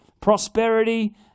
prosperity